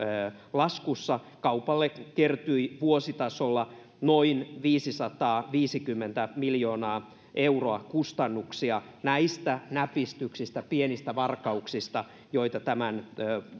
laskussa kaupalle kertyi vuositasolla noin viisisataaviisikymmentä miljoonaa euroa kustannuksia näistä näpistyksistä pienistä varkauksista joita tämän